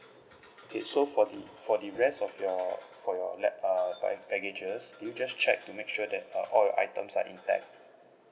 okay so for the for the rest of your for your lap~ uh baggages do you just check to make sure that uh all your items are intact